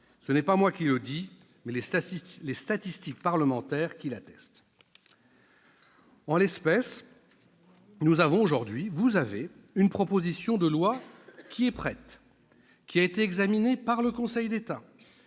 Ce n'est pas moi qui le dis, mais les statistiques qui l'attestent. En l'espèce, nous avons, vous avez, une proposition de loi qui est prête, qui a été examinée par le Conseil d'État